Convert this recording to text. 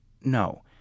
No